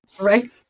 Right